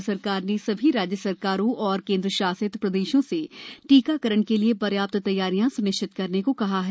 केंद्र सरकार ने सभी राज्य सरकारों और केंद्र शासित प्रदेशों से टीकाकरण के लिए पर्याप्त तैयारियां सुनिश्चित करने को कहा है